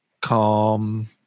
calm